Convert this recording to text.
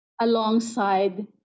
alongside